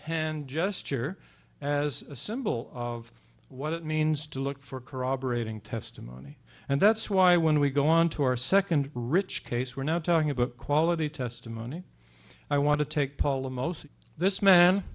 hand gesture as a symbol of what it means to look for corroborating testimony and that's why when we go on to our second rich case we're now talking about quality testimony i want to take paula most this man